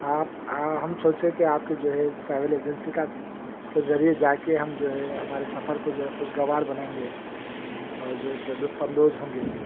آپ ہم سوچے کہ آپ کے جو ہے اس ٹراویل ایجنسی کے ذریعہ جا کے ہم جو ہے ہمارے سفر کو جو ہے خوشگوار بنائیں گے اور جو ہے اس سے لطف اندوز ہوں گے